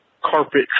Carpet